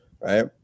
right